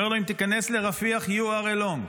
אומר לו: אם תיכנס לרפיח, You are alone,